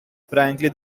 frankly